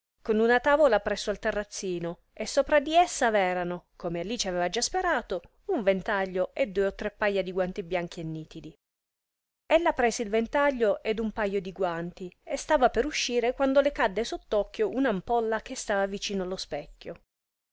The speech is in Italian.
con una tavola presso al terrazzino e sopra di essa v'erano come alice avea di già sperato un ventaglio e due o tre paja di guanti bianchi e nitidi ella prese il ventaglio ed un pajo di guanti e stava per uscire quando le cadde sott'occhio un'ampolla che stava vicino allo specchio